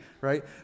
right